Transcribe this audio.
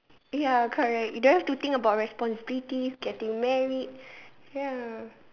ya correct you don't have to think about responsibilities getting married ya